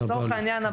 לצורך העניין,